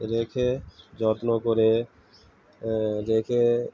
রেখে যত্ন করে রেখে